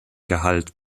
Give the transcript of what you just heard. gehalt